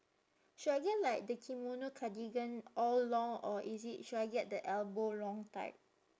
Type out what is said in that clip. should I get like the kimono cardigan all long or is it should I get the elbow long type